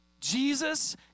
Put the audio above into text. Jesus